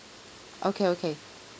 okay okay